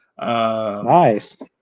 Nice